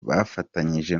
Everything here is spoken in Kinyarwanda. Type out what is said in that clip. bafatanyije